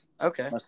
Okay